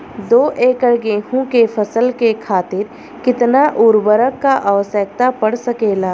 दो एकड़ गेहूँ के फसल के खातीर कितना उर्वरक क आवश्यकता पड़ सकेल?